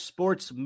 Sports